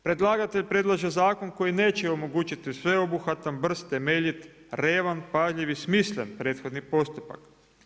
Predlagatelj predlaže zakon koji neće omogućiti sveobuhvatan, brz, temeljit, revan, pažljivi i smislen prethodni postupak.